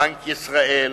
בנק ישראל,